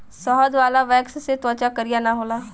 शहद वाला वैक्स से त्वचा करिया ना होला